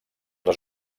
les